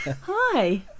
Hi